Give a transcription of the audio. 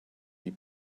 die